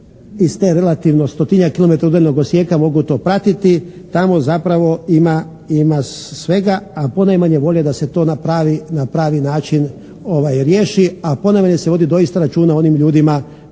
iz te relativno 100-tinjak kilometara udaljenog Osijeka mogu to pratiti, tamo zapravo ima svega, a ponajmanje volje da se to na pravi način riješi, a ponajmanje se vodi doista računa o onim ljudima